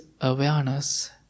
awareness